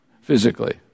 physically